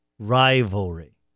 Rivalry